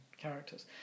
characters